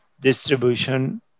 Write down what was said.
distribution